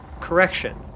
Correction